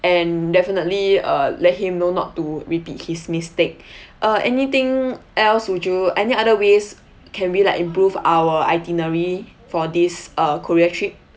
and definitely uh let him know not to repeat his mistake uh anything else would you any other ways can we like improve our itinerary for this uh korea trip